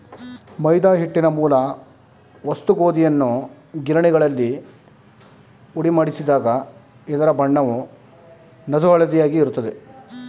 ಮೈದಾ ಹಿಟ್ಟಿನ ಮೂಲ ವಸ್ತು ಗೋಧಿಯನ್ನು ಗಿರಣಿಗಳಲ್ಲಿ ಹುಡಿಮಾಡಿಸಿದಾಗ ಇದರ ಬಣ್ಣವು ನಸುಹಳದಿಯಾಗಿ ಇರ್ತದೆ